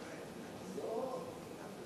עזוב.